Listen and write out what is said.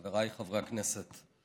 חבריי חברי הכנסת,